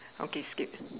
okay skip